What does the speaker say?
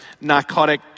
narcotic